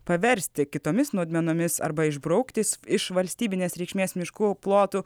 paversti kitomis naudmenomis arba išbraukti iš valstybinės reikšmės miškų plotų